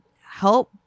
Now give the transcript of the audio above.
help